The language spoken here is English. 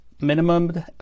Minimum